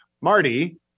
Marty